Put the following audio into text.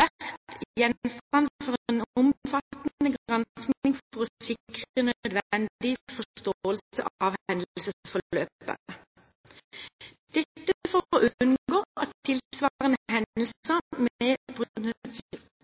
vært gjenstand for en omfattende gransking for å sikre nødvendig forståelse for hendelsesforløpet – dette for å unngå at tilsvarende hendelser med potensiell miljøskade skjer igjen. Oslofjorden er jo et område av nasjonal verdi, med